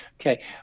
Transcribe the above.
Okay